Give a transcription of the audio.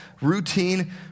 routine